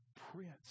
Prince